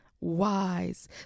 wise